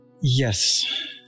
Yes